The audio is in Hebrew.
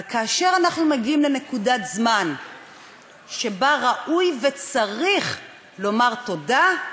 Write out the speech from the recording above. אבל כאשר אנחנו מגיעים לנקודת זמן שבה ראוי וצריך לומר תודה,